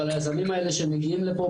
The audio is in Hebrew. אבל היזמים האלה שמגיעים לפה,